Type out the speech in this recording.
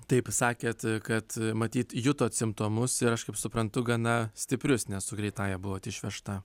taip sakėt kad matyt jutot simptomus ir aš kaip suprantu gana stiprius nes su greitąja buvot išvežta